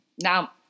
Now